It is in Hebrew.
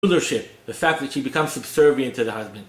the fact that you subservient